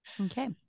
Okay